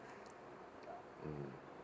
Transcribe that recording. mm